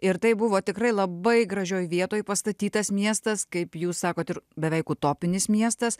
ir tai buvo tikrai labai gražioj vietoj pastatytas miestas kaip jūs sakot ir beveik utopinis miestas